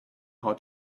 how